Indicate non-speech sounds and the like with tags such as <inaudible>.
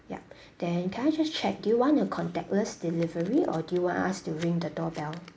yup <breath> then can I just check do you want a contactless delivery or do you want us to ring the doorbell